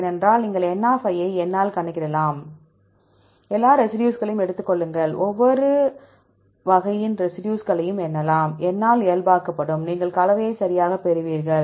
ஏனென்றால் நீங்கள் n ஐ N ஆல் கணக்கிடலாம் எல்லா ரெசிடியூஸ்களையும் எடுத்துக் கொள்ளுங்கள் ஒவ்வொரு வகையின் ரெசிடியூஸ்களையும் எண்ணலாம் N ஆல் இயல்பாக்கப்படும் நீங்கள் கலவையை சரியாகப் பெறுவீர்கள்